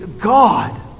God